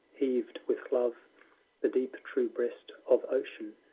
heaved with love the deep, true breast of ocean,